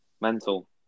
Mental